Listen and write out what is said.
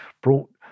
Brought